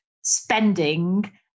spending